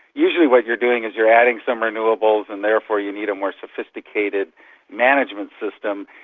usually what you're doing is you're adding some renewables and therefore you need a more sophisticated management system,